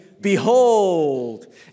behold